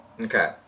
Okay